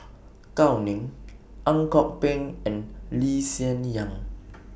Gao Ning Ang Kok Peng and Lee Hsien Yang